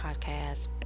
podcast